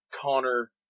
Connor